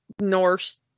Norse